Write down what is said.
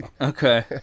okay